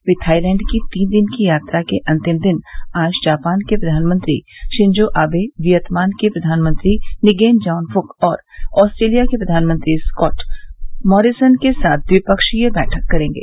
वे Thailand की तीन दिन यात्रा के अंतिम दिन आज जापान के प्रधानमंत्री शिंजो आवे वियतनाम के प्रधानमंत्री निगेन जॉन फूक और आस्ट्रेलिया के प्रधानमंत्री स्कॉट मॉरिसन के साथ ट्विपक्षीय बैठक करेंगे